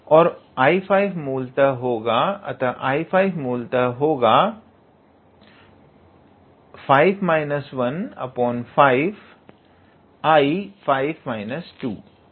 अतः 𝐼5 मूलतः 5 𝐼5−2 होगा